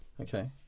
Okay